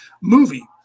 movie